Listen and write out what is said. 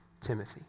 Timothy